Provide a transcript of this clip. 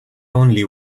only